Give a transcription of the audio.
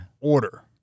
order